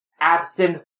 absent